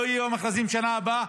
לא יהיו מכרזים בשנה הבאה,